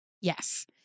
Yes